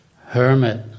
hermit